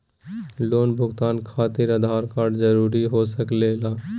Loan भुगतान खातिर Aadhaar card जरूरी हो सके ला?